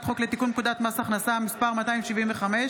חוק לתיקון פקודת מס הכנסה (מס' 275),